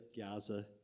Gaza